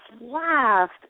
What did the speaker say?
laughed